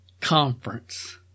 conference